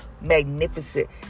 magnificent